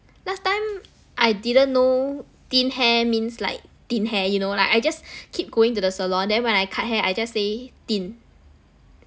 last time I didn't know thin hair means like thin hair you know like I just keep going to the salon then when I cut hair I just stay thin